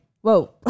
whoa